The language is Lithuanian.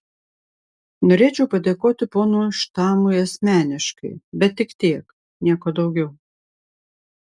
norėčiau padėkoti ponui štamui asmeniškai bet tik tiek nieko daugiau